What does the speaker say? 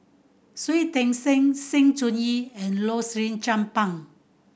Shui Tit Sing Sng Choon Yee and Rosaline Chan Pang